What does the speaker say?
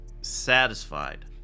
satisfied